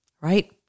Right